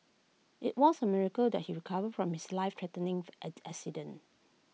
IT was A miracle that he recovered from his life threatening at accident